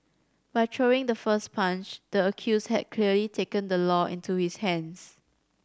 by throwing the first punch the accused had clearly taken the law into his hands